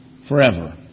Forever